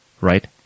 right